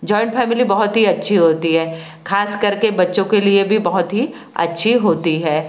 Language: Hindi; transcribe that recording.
जॉइंट फ़ैमिली बहुत ही अच्छी होती है खास कर के बच्चों के लिए भी बहुत ही अच्छी होती है